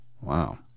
wow